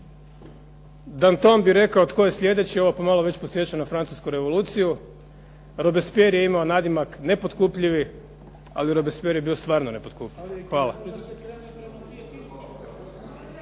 Danton bi rekao tko je sljedeći ovo već pomalo podsjeća na Francusku revoluciju. Robespierre je imao nadimak „Nepotkupljivi“ ali Robespierre je bio stvarno nepotkupljivi. Hvala.